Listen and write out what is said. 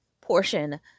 portion